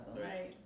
Right